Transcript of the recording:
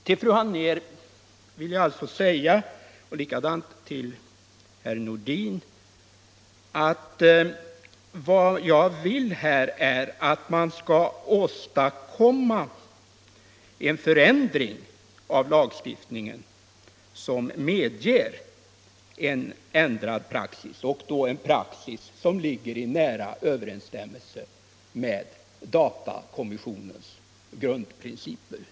Vad jag här vill, fru Anér och herr Nordin, är alltså att man skall åstadkomma en förändring av lagstiftningen, vilken medger en ändrad praxis som ligger i nära överensstämmelse med datainspektionens grundprinciper.